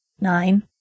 Nine